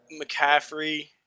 McCaffrey